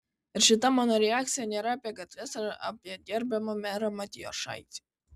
ir šita mano reakcija nėra apie gatves ar apie gerbiamą merą matijošaitį